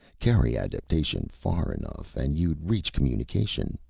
carry adaptation far enough and you'd reach communication.